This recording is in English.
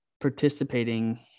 participating